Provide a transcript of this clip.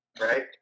right